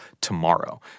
tomorrow